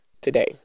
today